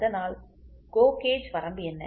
அதனால் go gauge வரம்பு என்ன